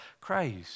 Christ